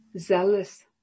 zealous